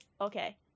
Okay